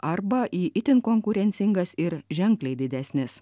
arba į itin konkurencingas ir ženkliai didesnis